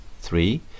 Three